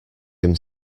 him